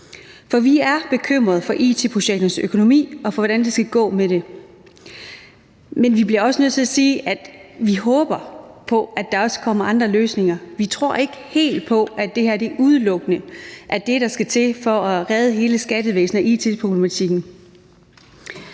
for vi er bekymrede for it-projekternes økonomi og for, hvordan det skal gå med det. Men vi bliver også nødt til at sige, at vi håber på, at der også kommer andre løsninger. Vi tror ikke helt på, at det her udelukkende er det, der skal til for at redde hele skattevæsenet og it-problematikken.